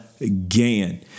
again